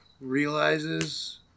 realizes